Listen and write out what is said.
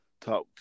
talk